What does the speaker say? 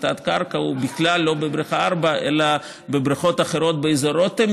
התת-קרקע הוא בכלל לא בבריכה 4 אלא בבריכות אחרות באזור רותם,